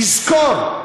תזכור,